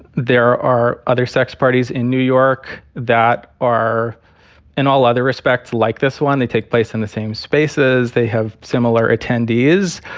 there are other sex parties in new york that are in all other respects like this one, they take place in the same spaces, they have similar attendees,